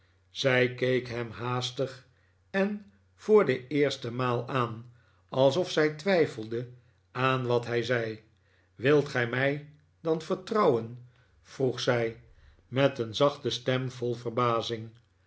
zij keek hem haastig en voor de eerste maal aan alsof zij twijfelde aan wat hij zei wilt gij mij dan vertrouwen v roeg zij met een zachte stem vol verbazing